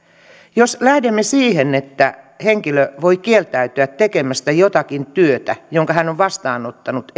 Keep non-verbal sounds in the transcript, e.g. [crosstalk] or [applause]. jos lähdemme siihen että henkilö voi eettisistä syistä kieltäytyä tekemästä jotakin työtä jonka hän on vastaanottanut [unintelligible]